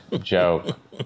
joke